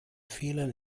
fehlern